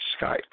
Skype